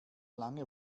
lange